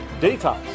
Details